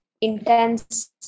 intense